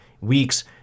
weeks